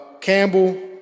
Campbell